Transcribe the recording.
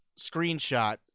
screenshot